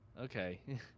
Okay